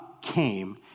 came